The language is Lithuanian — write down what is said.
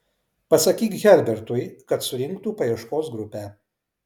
pasakyk herbertui kad surinktų paieškos grupę